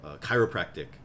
chiropractic